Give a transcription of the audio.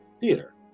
theater